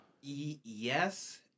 Yes